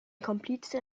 komplize